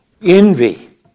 envy